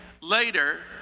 later